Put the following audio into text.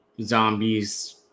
zombies